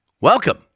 Welcome